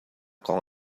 kong